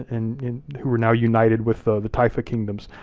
and who were now united with the taifa kingdoms,